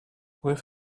with